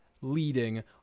leading